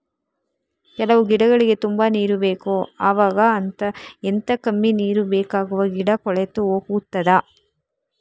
ಕೆಲವು ಗಿಡಗಳಿಗೆ ತುಂಬಾ ನೀರು ಬೇಕು ಅವಾಗ ಎಂತ, ಕಮ್ಮಿ ನೀರು ಬೇಕಾಗುವ ಗಿಡ ಕೊಳೆತು ಹೋಗುತ್ತದಾ?